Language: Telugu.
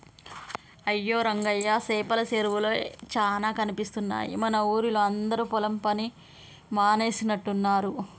అయ్యో రంగయ్య సేపల సెరువులే చానా కనిపిస్తున్నాయి మన ఊరిలా అందరు పొలం పని మానేసినట్టున్నరు